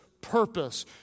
purpose